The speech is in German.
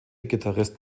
gitarrist